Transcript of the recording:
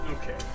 Okay